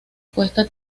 cuesta